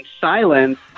silence